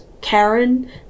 Karen